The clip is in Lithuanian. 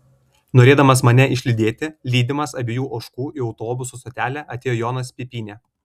norėdamas mane išlydėti lydimas abiejų ožkų į autobusų stotelę atėjo jonas pipynė